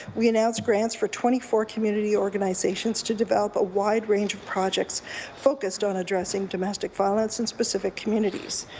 we announced grants for twenty four community organizations to develop a wide range of projects focused on addressing domestic violence in specific communities.